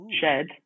shed